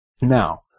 Now